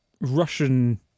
Russian